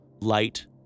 Light